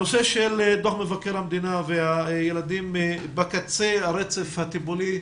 הנושא של דוח מבקר המדינה והילדים בקצה הרצף הטיפולי,